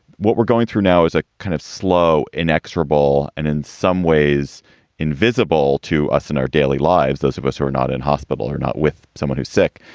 what we're going through now is a kind of slow, inexorable and in some ways invisible to us in our daily lives. those of us who are not in hospital are not with someone who's sick.